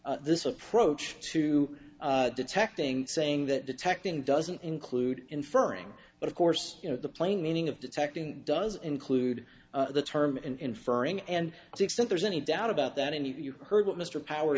adopt this approach to detecting saying that detecting doesn't include inferring but of course you know the plain meaning of detecting does include the term inferring and six if there's any doubt about that and you heard what mr power